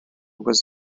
was